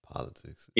politics